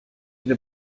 wir